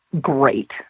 great